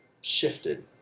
shifted